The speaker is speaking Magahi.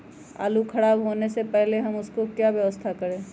आलू खराब होने से पहले हम उसको क्या व्यवस्था करें?